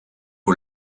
aux